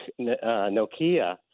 Nokia